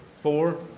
Four